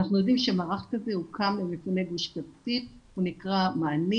אנחנו יודעים שמערך כזה הוקם למפוני גוש קטיף הוא נקרא 'מענים',